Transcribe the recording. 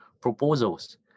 proposals